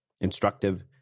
instructive